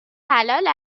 حلال